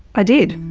i did.